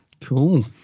Cool